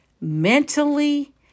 mentally